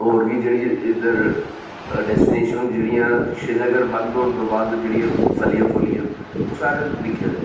होर बी जेह्ड़ी इद्धर डेस्टिनेशन न जेह्ड़ियां श्रीनगर बंद होन तू बाद जेह्ड़ियां फलियां फूलियां ओह् सारे दिक्खे दे न